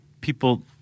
people